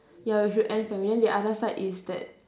ya we should end famine then the other side is that